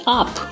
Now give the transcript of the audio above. up